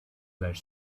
were